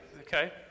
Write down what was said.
Okay